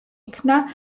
იქნა